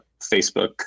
Facebook